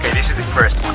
this is the first